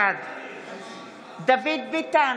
בעד דוד ביטן,